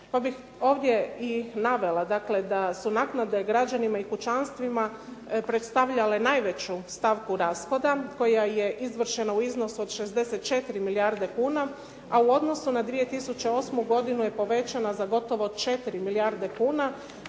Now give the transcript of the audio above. Pa bih ovdje i navela da su naknade građanima i kućanstvima predstavljale najveću stavku rashoda koja je izvršena u iznosu od 64 milijarde kuna, a u odnosu na 2008. godinu je povećano za gotovo 4 milijarde kuna.